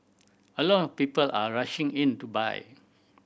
a lot of people are rushing in to buy